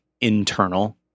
internal